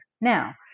Now